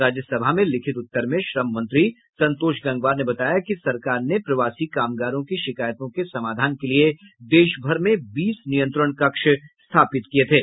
राज्यसभा में लिखित उत्तर में श्रम मंत्री संतोष गंगवार ने बताया कि सरकार ने प्रवासी कामगारों की शिकायतों के समाधान के लिए देशभर में बीस नियंत्रण कक्ष स्थापित किए थे